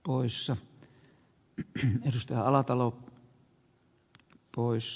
poissa yksi josta alatalo pois